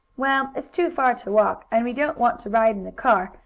well, it's too far to walk, and we don't want to ride in the car,